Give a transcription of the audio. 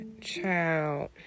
Child